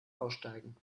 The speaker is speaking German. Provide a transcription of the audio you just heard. aussteigen